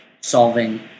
solving